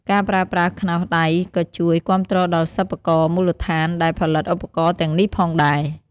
ការប្រើប្រាស់ខ្នោសដៃក៏ជួយគាំទ្រដល់សិប្បករមូលដ្ឋានដែលផលិតឧបករណ៍ទាំងនេះផងដែរ។